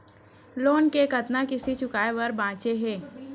Loan के कतना किस्ती चुकाए बर बांचे हे?